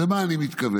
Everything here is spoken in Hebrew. ולמה אני מתכוון?